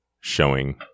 showing